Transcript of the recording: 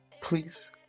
Please